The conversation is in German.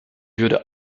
würde